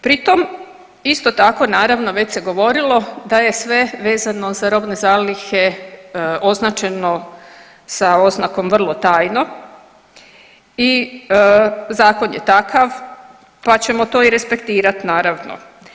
Pri tom isto tako naravno već se govorilo da je sve vezano za robne zalihe označeno sa oznakom vrlo tajno i zakon je takav pa ćemo to i respektirat naravno.